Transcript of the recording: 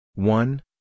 One